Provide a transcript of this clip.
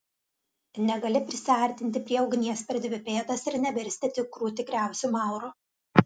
negali prisiartinti prie ugnies per dvi pėdas ir nevirsti tikrų tikriausiu mauru